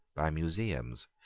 by museums,